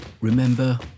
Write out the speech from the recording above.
Remember